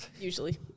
Usually